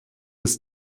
des